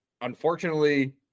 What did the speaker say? unfortunately